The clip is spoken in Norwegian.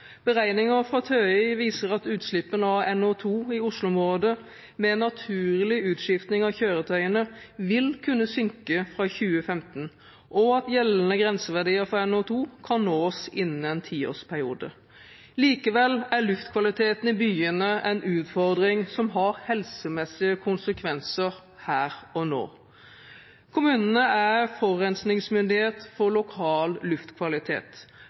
fra TØI viser at utslippene av NO2 i Oslo-området med en naturlig utskifting av kjøretøyene vil kunne synke fra 2015, og at gjeldende grenseverdier for NO2 kan nås innen en tiårsperiode. Likevel er luftkvaliteten i byene en utfordring som har helsemessige konsekvenser her og nå. Kommunene er forurensningsmyndighet for lokal luftkvalitet.